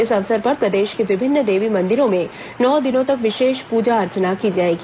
इस अवसर पर प्रदेश के विभिन्न देवी मंदिरों में नौ दिनों तक विशेष पूजा अर्चना की जाएगी